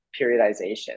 periodization